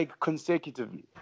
consecutively